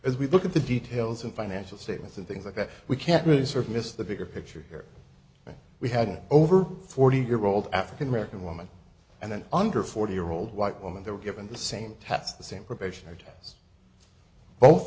as we look at the details of financial statements and things like that we can't really sort of missed the bigger picture here that we had over forty year old african american woman and an under forty year old white woman they were given the same hats the same profession or to both